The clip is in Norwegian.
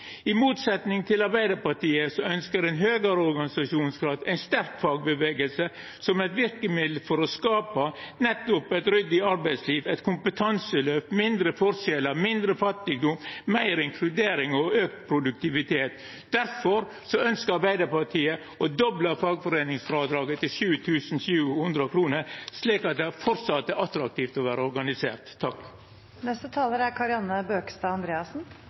i motsetning til Arbeidarpartiet, som ønskjer ein høgare organisasjonsgrad og ei sterk fagrørsle som eit verkemiddel for å skapa nettopp eit ryddig arbeidsliv, eit kompetanseløft, mindre forskjellar, mindre fattigdom, meir inkludering og auka produktivitet. Difor ønskjer Arbeidarpartiet å dobla fagforeiningsfrådraget til 7 700 kr, slik at det framleis er attraktivt å vera organisert.